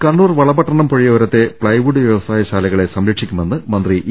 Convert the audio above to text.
കണ്ണൂർ വളപട്ടണം പുഴയോരത്തെ പ്ലൈവുഡ് വൃവസായ ശാലകളെ സംരക്ഷിക്കുമെന്ന് മന്ത്രി ഇ